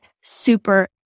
super